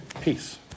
peace